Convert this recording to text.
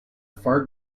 far